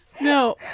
no